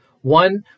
One